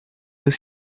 dos